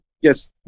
yes